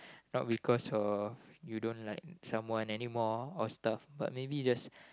not because of you don't like someone anymore or stuff but maybe just